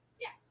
Yes